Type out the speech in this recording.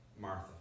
Martha